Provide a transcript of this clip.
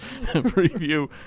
preview